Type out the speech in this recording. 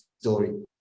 story